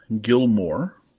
Gilmore